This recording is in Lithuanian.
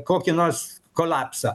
kokį nors kolapsą